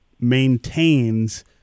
maintains